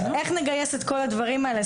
איך נגייס את כל הדברים האלה.